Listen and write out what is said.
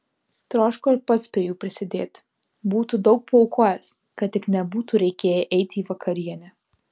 troško ir pats prie jų prisidėti būtų daug paaukojęs kad tik nebūtų reikėję eiti į vakarienę